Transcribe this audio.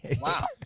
Wow